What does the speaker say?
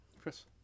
Chris